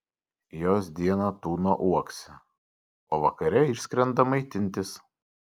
jos dieną tūno uokse o vakare išskrenda maitintis